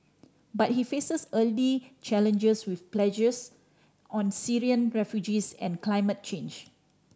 but he faces early challenges with pledges on Syrian refugees and climate change